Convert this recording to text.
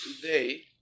today